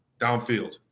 downfield